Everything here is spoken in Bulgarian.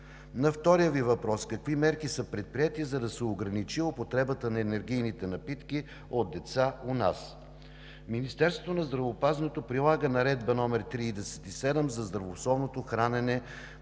На втория Ви въпрос: какви мерки са предприети, за да се ограничи употребата на енергийните напитки от деца у нас? Министерството на здравеопазването прилага Наредба № 37 за здравословно хранене